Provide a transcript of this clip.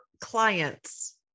clients